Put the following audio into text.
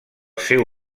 seu